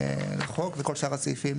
לחוק, וכל שאר הסעיפים